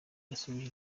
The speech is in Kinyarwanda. yasubije